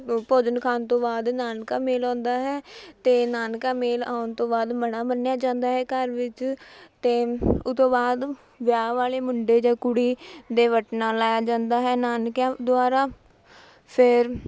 ਭੋਜਨ ਖਾਣ ਤੋਂ ਬਾਅਦ ਨਾਨਕਾ ਮੇਲ ਆਉਂਦਾ ਹੈ ਅਤੇ ਨਾਨਕਾ ਮੇਲ ਆਉਣ ਤੋਂ ਬਾਅਦ ਮੜਾ ਬੰਨ੍ਹਿਆ ਜਾਂਦਾ ਹੈ ਘਰ ਵਿੱਚ ਅਤੇ ਉਹ ਤੋਂ ਬਾਅਦ ਵਿਆਹ ਵਾਲੇ ਮੁੰਡੇ ਜਾਂ ਕੁੜੀ ਦੇ ਵਟਣਾ ਲਾਇਆ ਜਾਂਦਾ ਹੈ ਨਾਨਕਿਆਂ ਦੁਆਰਾ ਫੇਰ